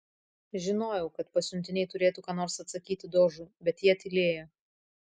žinojau kad pasiuntiniai turėtų ką nors atsakyti dožui bet jie tylėjo